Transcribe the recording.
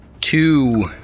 two